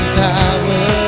power